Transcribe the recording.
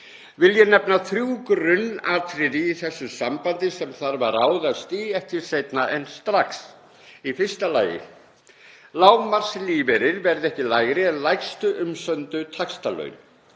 Vil ég nefna þrjú grunnatriði í þessu sambandi sem þarf að ráðast í, ekki seinna en strax. Í fyrsta lagi að lágmarkslífeyrir verði ekki lægri en lægstu umsömdu taxtalaun.